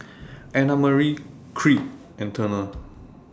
Annamarie Creed and Turner